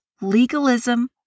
legalism